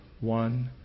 one